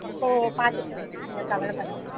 அப்போது பார்த்துக்கலாம் மேம் நீங்கள் கவலப்பட வேண்டாம்